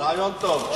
רעיון טוב.